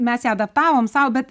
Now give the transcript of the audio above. mes ją adaptavom sau bet